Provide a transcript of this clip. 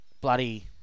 Bloody